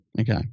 Okay